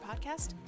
Podcast